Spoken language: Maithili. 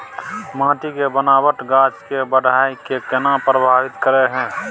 माटी के बनावट गाछ के बाइढ़ के केना प्रभावित करय हय?